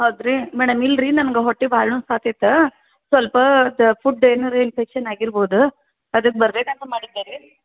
ಹೌದ್ರಿ ಮೇಡಮ್ ಇಲ್ರಿ ನನ್ಗೆ ಹೊಟ್ಟೆ ಭಾಳ ನೋಯಿಸ್ತಿತ್ತು ಸ್ವಲ್ಪ ಫುಡ್ ಏನಾರು ಇನ್ಫೆಕ್ಷನ್ ಆಗಿರ್ಬೌದು ಅದಕ್ಕೆ ಬರಬೇಕುಂತ ಮಾಡಿದ್ದೆ ರಿ